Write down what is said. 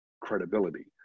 credibility